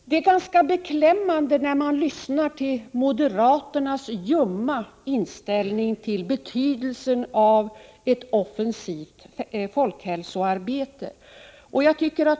Det är ganska beklämmande att lyssna till moderaternas ljumma inställning till betydelsen av ett offensivt folkhälsoarbete.